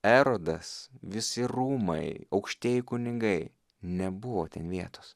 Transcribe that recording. erodas visi rūmai aukštieji kunigai nebuvo ten vietos